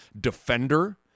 defender